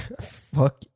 Fuck